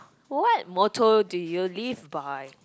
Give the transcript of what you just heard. what motto do you live by